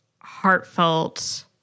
heartfelt